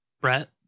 Brett